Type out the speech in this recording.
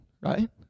right